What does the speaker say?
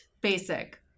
basic